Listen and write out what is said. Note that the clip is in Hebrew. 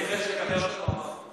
אין לי חשק אחרי מה שהוא אמר.